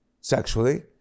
sexually